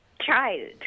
child